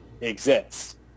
exists